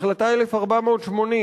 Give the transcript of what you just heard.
החלטה 1480,